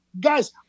guys